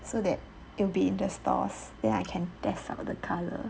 so that it'll be in the stores then I can test out the colour